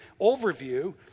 overview